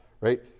right